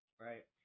right